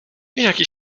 jaki